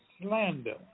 slander